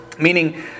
Meaning